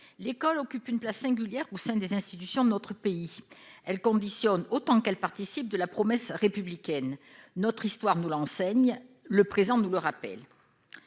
l'école occupe une place singulière au sein des institutions de notre pays. Elle conditionne la promesse républicaine. Notre histoire nous l'enseigne ; le présent nous le rappelle.